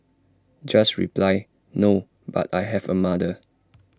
just reply no but I have A mother